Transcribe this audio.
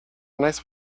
nice